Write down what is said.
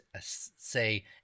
say